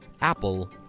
Apple